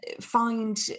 find